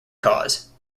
cause